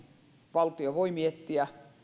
valtio voi miettiä